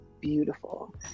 beautiful